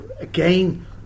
again